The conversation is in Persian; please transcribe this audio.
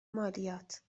مالیات